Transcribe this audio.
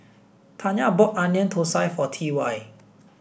Tanya bought onion Thosai for T Y